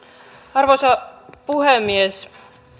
arvoisa puhemies